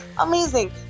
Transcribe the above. amazing